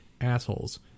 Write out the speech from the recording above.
Assholes